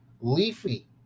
Leafy